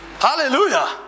hallelujah